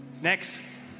next